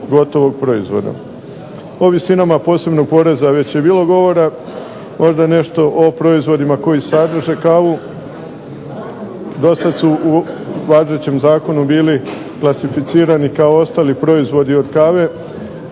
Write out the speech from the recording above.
O visinama posebnog poreza već je bilo govora. Možda nešto o proizvodima koji sadrže kavu. Dosad su u važećem zakonu bili klasificirani kao ostali proizvodi od kave,